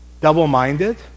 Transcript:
double-minded